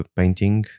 painting